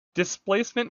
displacement